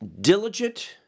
diligent